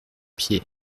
pied